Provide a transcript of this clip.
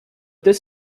this